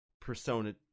Persona